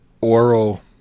Oral